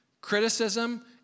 criticism